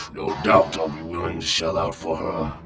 no doubt i'll be willing to shell out for her.